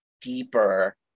deeper